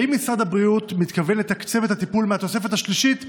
האם משרד הבריאות מתכוון לתקצב את הטיפול מהתוספת השלישית,